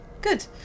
Good